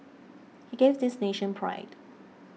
he gave this nation pride